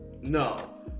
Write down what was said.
No